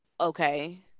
okay